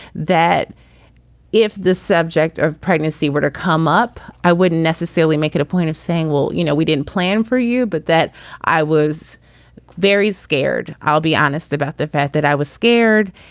that if the subject of pregnancy were to come up, i wouldn't necessarily make it a point of saying, well, you know, we didn't plan for you, but that i was very scared. i'll be honest about the fact that i was scared.